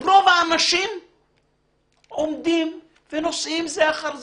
רוב האנשים עומדים ונוסעים זה אחר זה.